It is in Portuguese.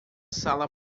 sala